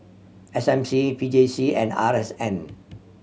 S M C P J C and R S N